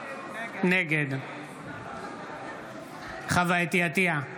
נגד חוה אתי עטייה,